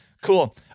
Cool